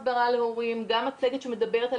הדבר הבא זה הסיפור של האיתור, עשינו מצגת מותאמת,